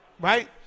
right